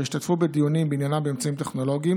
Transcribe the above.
ישתתפו בדיונים בעניינם באמצעים טכנולוגיים